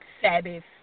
Sabbath